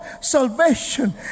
salvation